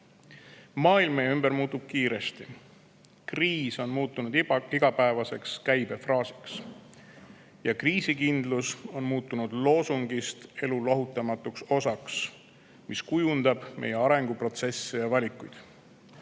meie ümber muutub kiiresti. Kriis on muutunud igapäevaseks käibefraasiks ja kriisikindlus on muutunud loosungist elu lahutamatuks osaks, mis kujundab meie arenguprotsesse ja valikuid.